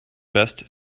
best